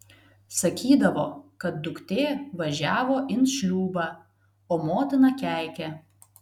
sakydavo kad duktė važiavo in šliūbą o motina keikė